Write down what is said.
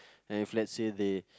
and if let's say they